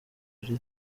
ari